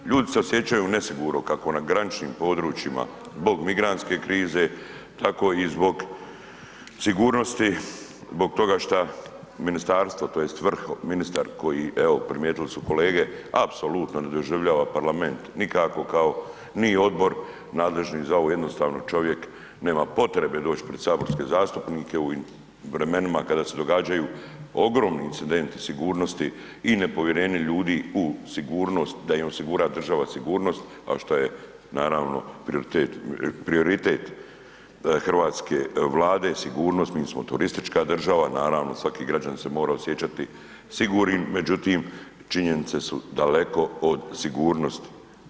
Ljudi se osjećaju nesigurno, kako na graničnim područjima zbog migrantske krize, tako i zbog sigurnosti, zbog toga što ministarstvo, tj. vrh, ministar koji evo, primijetili su kolege, apsolutno ne doživljava parlament nikako kao ni odbor nadležan za ovo jednostavno čovjek nema potrebe doći pred saborske zastupnike u ovim vremenima kada se događaju ogromni incidenti sigurnosti i nepovjerenje ljudi u sigurnost da im osigura država sigurnost, kao što je naravno prioritet hrvatske Vlade, sigurnost, mi smo turistička država, naravno, svaki građanin se mora osjećati sigurnim, međutim, činjenice su daleko od sigurnost.